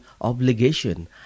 obligation